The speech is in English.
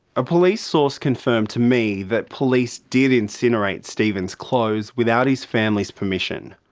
a police source confirmed to me that police did incinerate stephen's clothes without his family's permission.